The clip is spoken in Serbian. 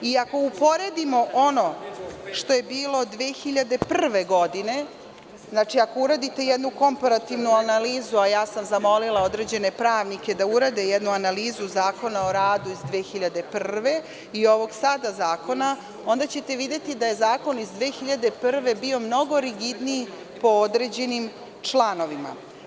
Ako uporedimo ono što je bilo 2001. godine, ako uradite jednu komparativnu analizu, a ja sam zamolila određene pravnike da urade jednu analizu Zakona o radu iz 2001. godine i ovog sada zakona, onda ćete videti da je zakon iz 2001. godine bio mnogo rigidniji po određenim članovima.